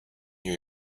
new